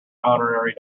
honorary